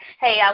hey